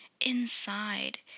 inside